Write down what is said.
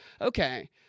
Okay